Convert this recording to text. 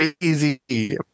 crazy